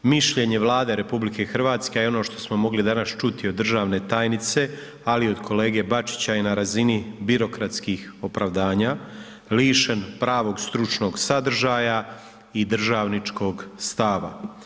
Mišljenje Vlade RH, a i ono što smo mogli danas čuti od državne tajnice, ali i od kolege Bačića je na razini birokratskih opravdanja, lišen pravog stručnog sadržaja i državničkog stava.